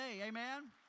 amen